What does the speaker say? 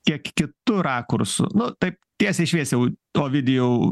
kiek kitu rakursu n taip tiesiai šviesiau ovidijau